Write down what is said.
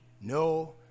no